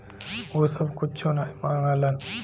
उ सब कुच्छो नाही माँगलन